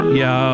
yo